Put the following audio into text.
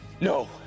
No